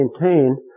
maintain